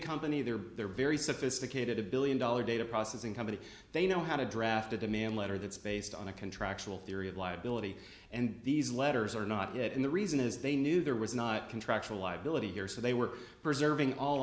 company there are very sophisticated a billion dollar data processing company they know how to draft a demand letter that's based on a contractual theory of liability and these letters are not yet and the reason is they knew there was not contractual liability here so they were preserving all